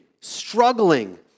struggling